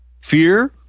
Fear